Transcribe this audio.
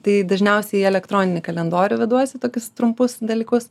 tai dažniausiai į elektroninį kalendorių veduosi tokius trumpus dalykus